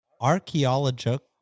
Archaeological